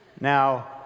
Now